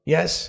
Yes